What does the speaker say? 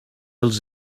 els